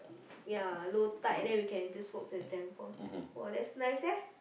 ya low tide then we can just walk to the temple !wow! that's nice eh